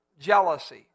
Jealousy